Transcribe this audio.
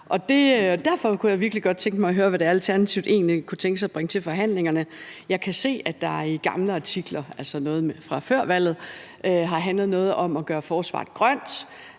Derfor kunne jeg virkelig godt tænke mig at høre, hvad det er, Alternativet egentlig kunne tænke sig at bringe til forhandlingerne. Jeg kan se, at der i gamle artikler, altså fra før valget, er noget, der har handlet om at gøre forsvaret grønt,